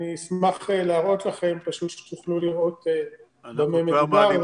אני אשמח להראות לכם שתוכלו לראות במה מדובר.